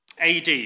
AD